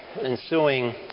ensuing